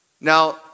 Now